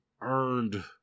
earned